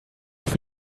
für